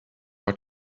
and